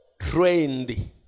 Trained